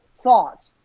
thought